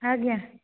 ଆଜ୍ଞା